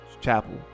chapel